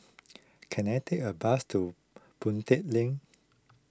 can I take a bus to Boon Tat Link